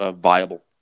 viable